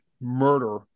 murder